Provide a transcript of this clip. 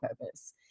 purpose